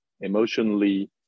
emotionally